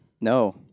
No